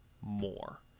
more